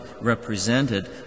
represented